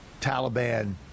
taliban